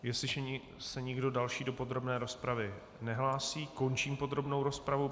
Jestliže se nikdo další do podrobné rozpravy nehlásí, končím podrobnou rozpravu.